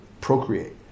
procreate